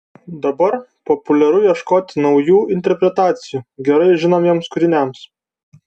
dabar populiaru ieškoti naujų interpretacijų gerai žinomiems kūriniams